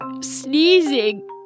sneezing